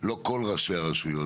לא כל ראשי הרשויות,